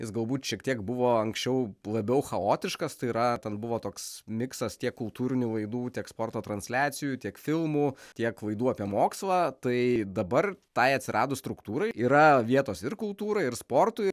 jis galbūt šiek tiek buvo anksčiau labiau chaotiškas tai yra ten buvo toks miksas tiek kultūrinių laidų tiek sporto transliacijų tiek filmų tiek laidų apie mokslą tai dabar tai atsiradus struktūrai yra vietos ir kultūrai ir sportui